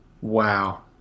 wow